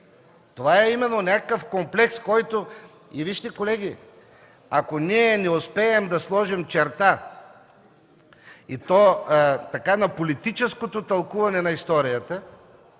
Това е именно някакъв комплекс, който... Вижте, колеги, ако ние не успеем да сложим черта и то на политическото тълкуване на историята